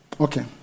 Okay